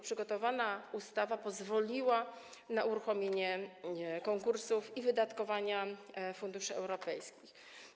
Przygotowana ustawa pozwoliła na uruchomienie konkursów i wydatkowania funduszy europejskich.